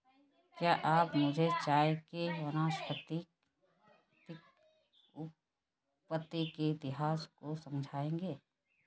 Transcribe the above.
क्या आप मुझे चाय के वानस्पतिक उत्पत्ति के इतिहास को समझाएंगे?